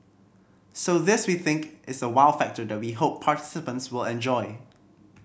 so this we think is a wow factor that we hope participants will enjoy